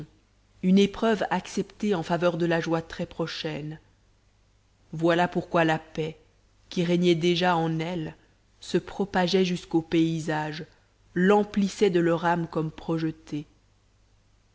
une épreuve acceptée en faveur de la joie très prochaine voilà pourquoi la paix qui régnait déjà en elles se propageait jusqu'au paysage l'emplissait de leur âme comme projetée